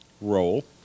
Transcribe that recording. role